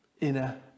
inner